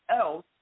else